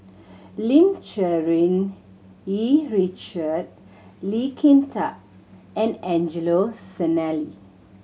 Lim Cherng Yih Richard Lee Kin Tat and Angelo Sanelli